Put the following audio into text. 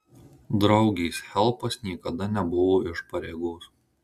draugės helpas niekada nebuvo iš pareigos